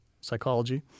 psychology